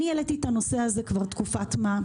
אני העליתי את הנושא הזה כבר תקופת מה.